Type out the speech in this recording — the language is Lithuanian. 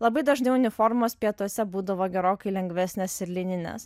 labai dažnai uniformos pietuose būdavo gerokai lengvesnės ir lininės